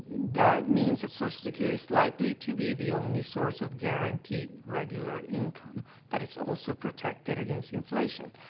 that means that social security's likely to be the only source of guaranteed regular income that is also protected against inflation.